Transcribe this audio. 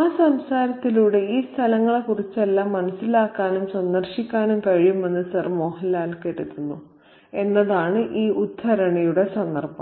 ആ സംസാരത്തിലൂടെ ഈ സ്ഥലങ്ങളെക്കുറിച്ചെല്ലാം മനസ്സിലാക്കാനും സന്ദർശിക്കാനും കഴിയുമെന്ന് സർ മോഹൻലാൽ കരുതുന്നു എന്നതാണ് ഈ ഉദ്ധരണിയുടെ സന്ദർഭം